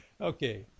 Okay